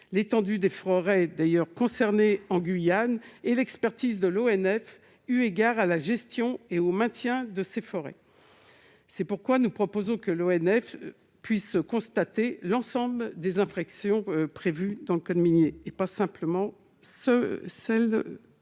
l'étendue des forêts concernées en Guyane et de l'expertise de l'ONF, eu égard à la gestion et au maintien de ces forêts. C'est pourquoi nous proposons que l'ONF puisse constater l'ensemble des infractions prévues dans le code minier, et non seulement celles